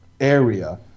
area